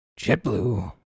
JetBlue